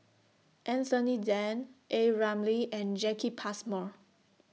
Anthony Then A Ramli and Jacki Passmore